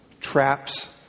traps